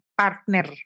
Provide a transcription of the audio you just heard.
partner